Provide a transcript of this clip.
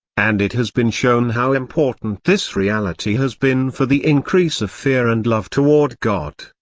and it has been shown how important this reality has been for the increase of fear and love toward god,